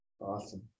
Awesome